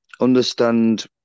understand